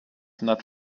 not